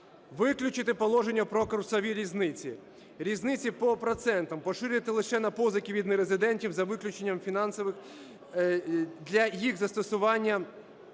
Виключити положення про курсові різниці, різниці по процентах, поширити лише на позики від нерезидентів за виключенням фінансових, для їх застосування